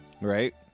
right